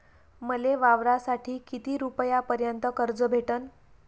मले वावरासाठी किती रुपयापर्यंत कर्ज भेटन?